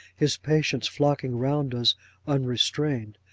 his patients flocking round us unrestrained.